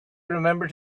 remembered